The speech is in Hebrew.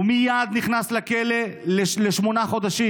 הוא מייד נכנס לכלא לשמונה חודשים.